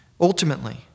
Ultimately